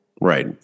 Right